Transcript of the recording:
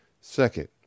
Second